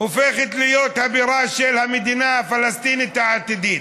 הופכת להיות הבירה של המדינה הפלסטינית העתידית.